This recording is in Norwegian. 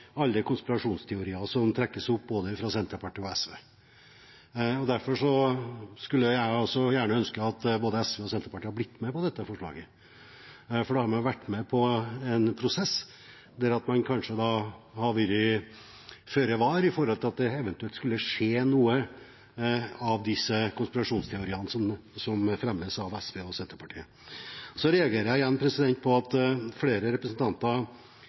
alle konspirasjonsteoriene som tas opp fra både Senterpartiet og SV, derfor skulle jeg ønske at både Senterpartiet og SV hadde blitt med på dette forslaget. Da hadde de vært med på en prosess der man kanskje hadde vært føre var med tanke på at noen av disse konspirasjonsteoriene som fremmes av SV og Senterpartiet, kunne skje. Så reagerer jeg igjen på at flere representanter